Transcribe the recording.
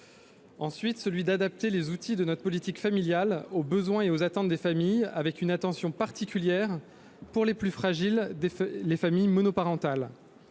D'autre part, adapter les outils de notre politique familiale aux besoins et aux attentes des familles, avec une attention particulière pour les plus fragiles, les familles monoparentales.